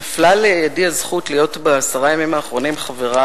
נפלה לידי הזכות להיות בעשרת הימים האחרונים חברה